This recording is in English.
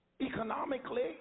Economically